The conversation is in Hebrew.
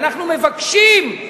אנחנו מבקשים,